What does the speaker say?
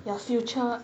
your future